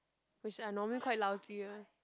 which are normally quite lousy one